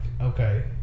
okay